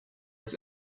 its